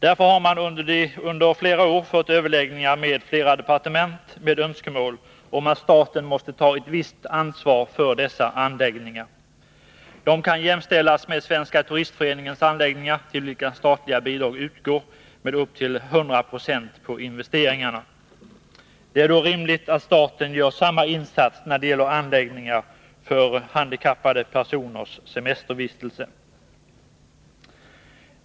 Därför har förbundet under flera år vid överläggningar med flera departement framfört önskemålet att staten skall ta ett visst ansvar för dessa anläggningar. De kan jämställas med Svenska turistföreningens anläggningar, till vilka statliga bidrag utgår med upp till 100 96 av investeringarna. Det är då rimligt att staten gör samma insats när det gäller anläggningar för handikappade personers semestervistelse.